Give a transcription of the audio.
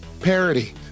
Parody